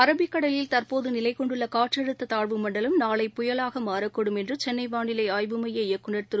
அரபிக்கடலில் தற்போதுநிலைகொண்டுள்ளகாற்றழுத்ததாழ்வு மண்டலம் நாளை புயலாகமாறக்கூடும் என்றுசென்னைவானிலைஆய்வு மைய இயய்குநர் திரு